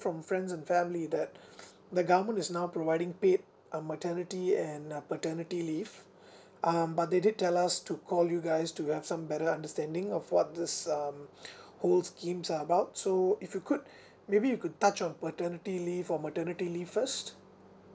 from friends and family that the government is now providing paid um maternity and uh paternity leave um but they did tell us to call you guys to have some better understanding of what this um whole schemes are about so if you could maybe you could touch on paternity leave or maternity leave first